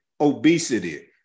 obesity